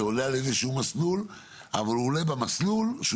זה עולה על איזשהו מסלול אבל הוא עולה במסלול שהוא